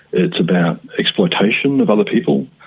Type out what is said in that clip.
it's about exploitation of other people.